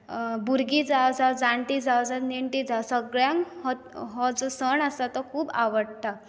भुरगीं जावं जाणटी जावं नेणटी जावं सगळ्यांक हो जो सण आसा तो खूब आवडटा